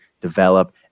develop